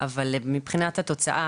אבל מבחינת התוצאה,